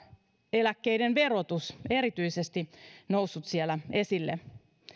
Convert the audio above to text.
eläkkeiden verotus erityisesti on noussut siellä esille